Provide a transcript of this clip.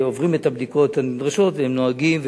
הם עוברים את הבדיקות הנדרשות והם נוהגים,